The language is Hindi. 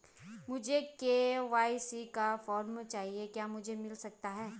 मुझे के.वाई.सी का फॉर्म चाहिए क्या मुझे मिल सकता है?